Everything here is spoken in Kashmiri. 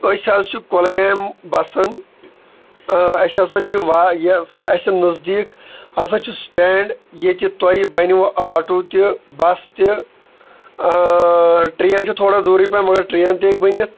أسۍ حظ چھِ کۄلگامہِ بَسان اَسہِ ہَسا چھِ واریاہ اَسہِ نزدیٖک ہَسا چھُ سٹینٛڈ ییٚتہِ تۄہِہ بَنہِ وٕ آٹوٗ تہِ بَس تہِ ٹرٛین چھَ تھوڑا دوٗرٕے پَہَم مگر ٹرٛین تہِ ہٮ۪کہِ بٔنِتھ